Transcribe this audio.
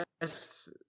yes